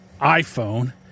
iPhone